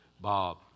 Bob